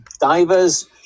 Divers